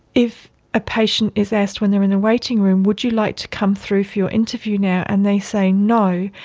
if a patient is asked when they are in a waiting room, would you like to come through for your interview now and they say no,